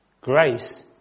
grace